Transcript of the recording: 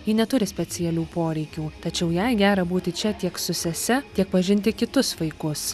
ji neturi specialių poreikių tačiau jai gera būti čia tiek su sese tiek pažinti kitus vaikus